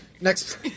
Next